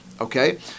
Okay